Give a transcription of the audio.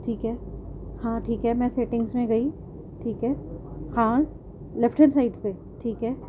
ٹھیک ہے ہاں ٹھیک ہے میں سیٹنگس میں گئی ٹھیک ہے ہاں لیفٹ ہینڈ سائڈ پہ ٹھیک ہے